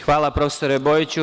Hvala, prof. Bojiću.